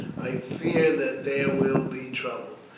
i fear that there will be trouble,